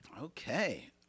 Okay